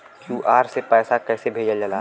QR से पैसा कैसे भेजल जाला?